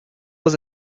was